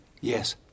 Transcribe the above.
Yes